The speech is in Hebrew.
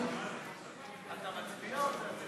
שהצעת החוק הופכת להצעה לסדר-היום ומועברת לדיון בוועדת החינוך